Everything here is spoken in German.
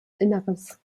inneres